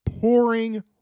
Pouring